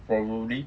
probably